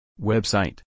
Website